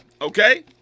Okay